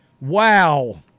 Wow